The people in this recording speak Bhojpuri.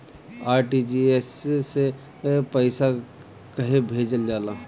आर.टी.जी.एस से पइसा कहे भेजल जाला?